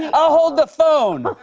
and i'll hold the phone.